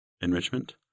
enrichment